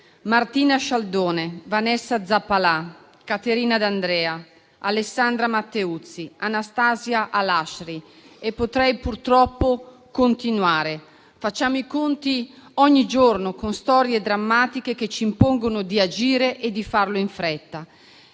Martina Scialdone, Vanessa Zappalà, Caterina D'Andrea, Alessandra Matteuzzi, Anastasia Alashri e potrei purtroppo continuare. Facciamo i conti ogni giorno con storie drammatiche che ci impongono di agire e di farlo in fretta